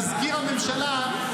מזכיר הממשלה,